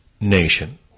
nation